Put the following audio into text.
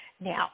Now